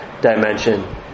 dimension